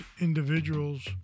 individuals